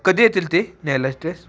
कधी येतील ते न्यायला ड्रेस